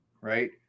right